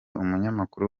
umunyamakuru